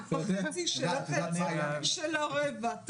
ובחצי של החצי של הרבע.